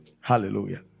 hallelujah